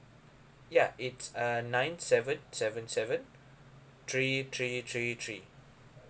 ya it's uh nine seven seven seven three three three three